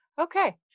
okay